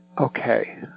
Okay